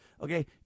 Okay